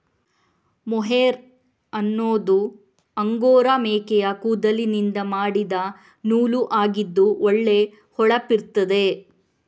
mohair ಅನ್ನುದು angora ಮೇಕೆಯ ಕೂದಲಿನಿಂದ ಮಾಡಿದ ನೂಲು ಆಗಿದ್ದು ಒಳ್ಳೆ ಹೊಳಪಿರ್ತದೆ